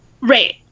Right